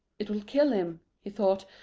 it'll kill him, he thought,